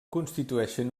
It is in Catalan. constitueixen